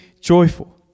joyful